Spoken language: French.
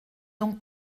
donc